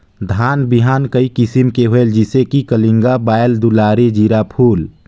धान बिहान कई किसम के होयल जिसे कि कलिंगा, बाएल दुलारी, जीराफुल?